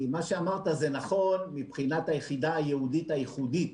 כי מה שאמרת זה נכון מבחינת היחידה הייעודית הייחודית.